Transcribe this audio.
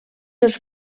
els